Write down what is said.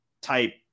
type